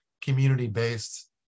community-based